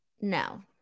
No